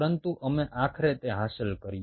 પરંતુ અમે આખરે તે હાંસલ કર્યું